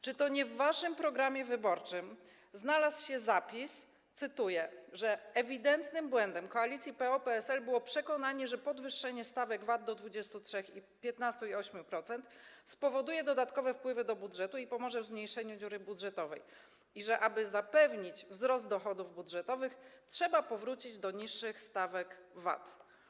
Czy to nie w waszym programie wyborczym znalazł się zapis - cytuję - że ewidentnym błędem koalicji PO-PSL było przekonanie, że podwyższenie stawek VAT do 23%, 15% i 8% spowoduje dodatkowe wpływy do budżetu, pomoże w zmniejszeniu dziury budżetowej i że aby zapewnić wzrost dochodów budżetowych, trzeba powrócić do niższych stawek VAT?